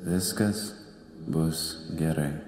viskas bus gerai